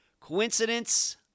Coincidence